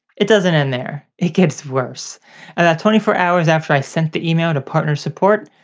it doesn't end there, it gets worse. about twenty four hours after i sent the email to partner support,